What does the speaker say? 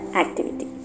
activity